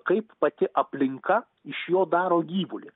kaip pati aplinka iš jo daro gyvulį